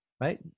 right